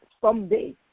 someday